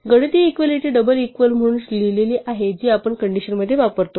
गणितीय equality double equal म्हणून लिहिलेली आहे जी आपण कंडिशन मध्ये वापरतो